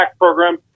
program